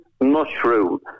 mushroom